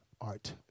art